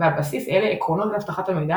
ועל בסיס אלה – עקרונות אבטחת המידע